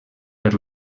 per